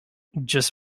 just